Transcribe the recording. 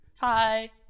hi